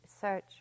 search